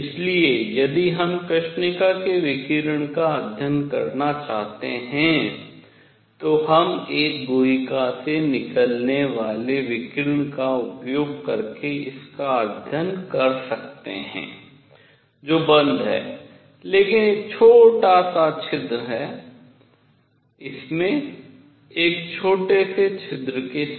इसलिए यदि हम कृष्णिका के विकिरण का अध्ययन करना चाहते हैं तो हम एक गुहिका से निकलने वाले विकिरण का उपयोग करके इसका अध्ययन कर सकते हैं जो बंद है लेकिन एक छोटा सा छिद्र है इसमें एक छोटे से छिद्र के साथ